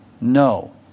No